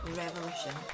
revolution